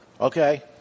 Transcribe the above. Okay